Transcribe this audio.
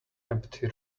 empty